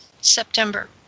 September